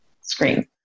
screen